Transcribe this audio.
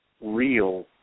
real